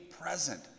present